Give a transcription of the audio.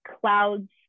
clouds